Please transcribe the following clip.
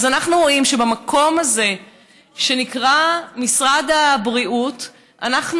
אז אנחנו רואים שבמקום הזה שנקרא משרד הבריאות אנחנו